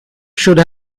should